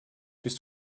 bist